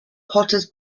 potters